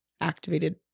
activated